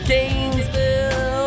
Gainesville